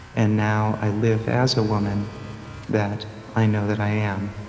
and now i live as a woman that i know that i am.